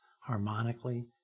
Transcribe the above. harmonically